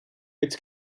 its